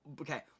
okay